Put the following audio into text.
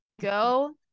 Go